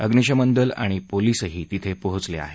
अग्निशमन दल आणि पोलिसही तिथं पोचले आहेत